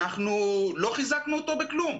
אנחנו לא חיזקנו אותו בכלום.